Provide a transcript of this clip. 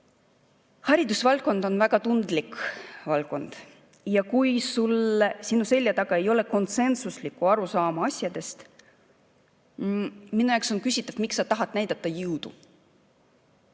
juur. Haridusvaldkond on väga tundlik valdkond. Kui sinu selja taga ei ole konsensuslikku arusaama asjadest, siis minu jaoks on küsitav, miks sa tahad näidata jõudu.